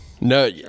no